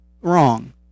wrong